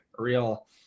real